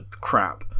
crap